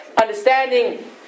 understanding